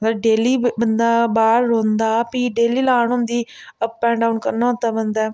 में डेली बन्दा बाह्र रौंह्दा फ्ही डेली लान होंदी अप ऐंड डाउन करना होंदा बंदै